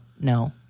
no